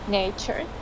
nature